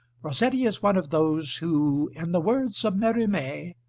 rossetti is one of those who, in the words of merimee,